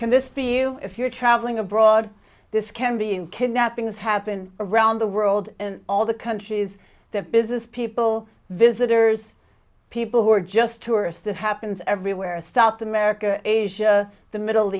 can this be you if you're traveling abroad this can be in kidnappings happen around the world in all the countries that business people visitors people who are just tourist it happens everywhere south america asia the middle